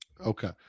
Okay